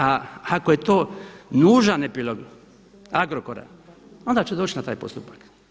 A ako je to nužan epilog Agrokora onda će doći na taj postupak.